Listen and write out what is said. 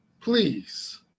please